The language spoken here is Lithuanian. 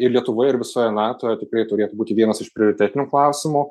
ir lietuvoje ir visoje nato tikrai turi būti vienas iš prioritetinių klausimų